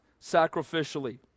sacrificially